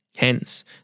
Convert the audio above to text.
Hence